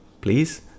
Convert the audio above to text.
Please